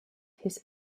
his